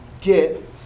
get